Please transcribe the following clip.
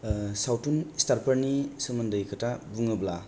सावथुन सितारफोरनि सोमोन्दै खोथा बुङोब्ला